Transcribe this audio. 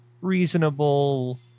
reasonable